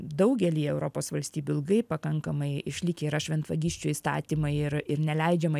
daugelyje europos valstybių ilgai pakankamai išlikę yra šventvagysčių įstatymai ir ir neleidžiama